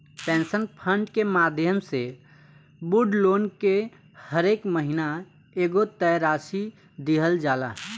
pension fund के माध्यम से बूढ़ लोग के हरेक महीना एगो तय राशि दीहल जाला